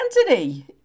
identity